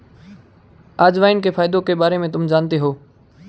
अजवाइन के फायदों के बारे में तुम जानती हो?